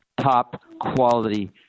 top-quality